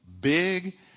big